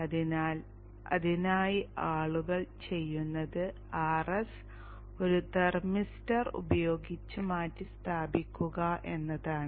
അതിനാൽ അതിനായി ആളുകൾ ചെയ്യുന്നത് Rs ഒരു തെർമിസ്റ്റർ ഉപയോഗിച്ച് മാറ്റിസ്ഥാപിക്കുക എന്നതാണ്